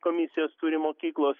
komisijos turi mokyklos